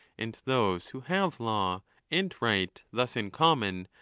and those who have law and right thus in common,